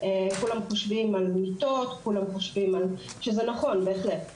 כולם חושבים על מיטות, וזה בהחלט נכון.